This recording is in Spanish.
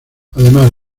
además